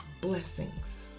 blessings